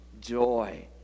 joy